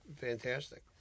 fantastic